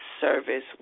service